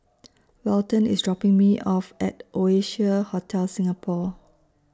Walton IS dropping Me off At Oasia Hotel Singapore